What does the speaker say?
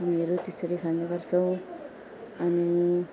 हामीहरू त्यसरी खाने गर्छौँ अनि